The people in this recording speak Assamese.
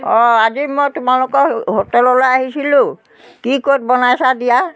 অঁ আজি মই তোমালোকৰ হোটেললৈ আহিছিলোঁ কি ক'ত বনাইছা দিয়া